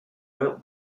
wrote